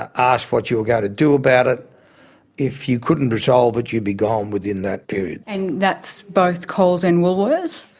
ah asked what you were going to do about it, and if you couldn't resolve it you'd be gone within that period. and that's both coles and woolworths?